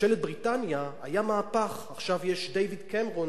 בממשלת בריטניה היה מהפך, עכשיו יש דייוויד קמרון,